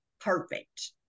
perfect